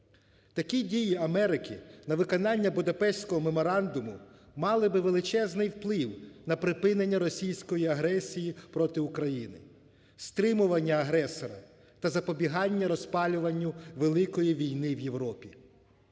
Такі дії Америки на виконання Будапештського меморандуму мали би величезний вплив на припинення російської агресії проти України, стримування агресора та запобігання розпалюванню великої війни в Європі.